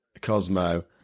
Cosmo